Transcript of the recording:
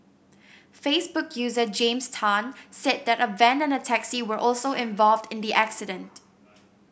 Facebook user James Tan said that a van and a taxi were also involved in the accident